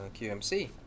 QMC